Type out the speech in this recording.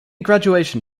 graduation